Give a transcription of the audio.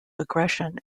aggression